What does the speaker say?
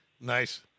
nice